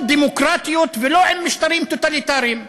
דמוקרטיות ולא עם משטרים טוטליטריים,